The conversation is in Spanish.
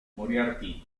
moriarty